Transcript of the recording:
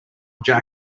michael